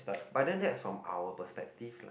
but then that's from our perspective lah